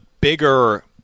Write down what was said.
bigger